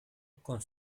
con